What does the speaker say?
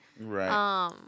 Right